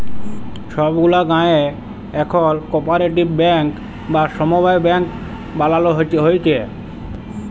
ছব গুলা গায়েঁ এখল কপারেটিভ ব্যাংক বা সমবায় ব্যাংক বালালো হ্যয়েছে